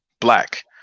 black